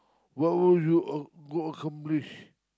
what will you acc~ go accomplish